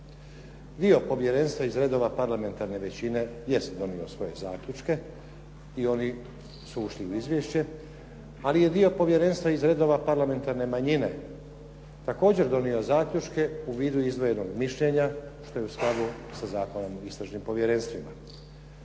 Dio povjerenstva iz redova parlamentarne većine jest donijelo svoje zaključke i oni su ušli u izvješće, ali je dio povjerenstva iz redova parlamentarne manjine također donijelo zaključke u vidu izdvojenog mišljenja, što je u skladu sa Zakonom o istražnim povjerenstvima.